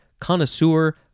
connoisseur